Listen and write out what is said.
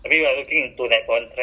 but ya that's why